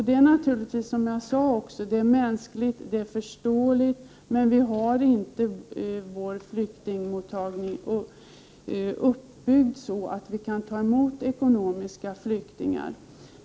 Det är naturligtvis, som jag sade, mänskligt och förståeligt, men vi har inte vår flyktingmottagning uppbyggd så att vi kan ta emot ekonomiska flyktingar.